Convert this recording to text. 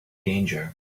danger